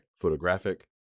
Photographic